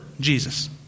Jesus